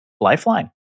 lifeline